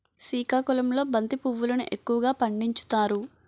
సికాకుళంలో బంతి పువ్వులును ఎక్కువగా పండించుతారు